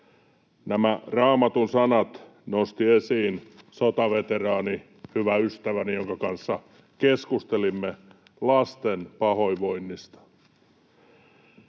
Nämä Raamatun sanat nosti esiin sotaveteraani, hyvä ystäväni, jonka kanssa keskustelimme lasten pahoinvoinnista.